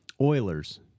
Oilers